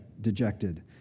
dejected